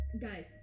Guys